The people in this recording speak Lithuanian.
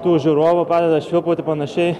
tų žiūrovų pradeda švilpaut ir panašiai